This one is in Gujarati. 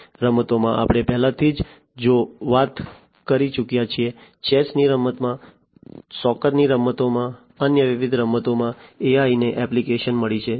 રમતોમાં આપણે પહેલાથી જ વાત કરી ચુક્યા છીએ ચેસ ની રમતમાં સોકરની રમતોમાં અન્ય વિવિધ રમતોમાં AI ને એપ્લિકેશન મળી છે